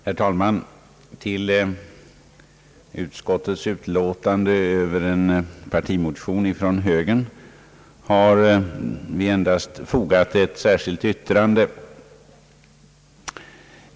Herr talman! Till utskottets utlåtande över föreliggande partimotion från högern har vi endast fogat ett särskilt yttrande.